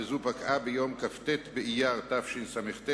וזו פקעה ביום כ"ט באייר תשס"ט,